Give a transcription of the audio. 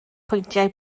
pwyntiau